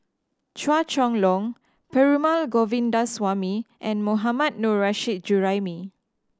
Chua Chong Long Perumal Govindaswamy and Mohammad Nurrasyid Juraimi